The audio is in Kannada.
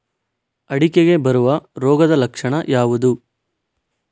ಅಡಿಕೆಗೆ ಬರುವ ರೋಗದ ಲಕ್ಷಣ ಯಾವುದು?